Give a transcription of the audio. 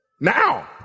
now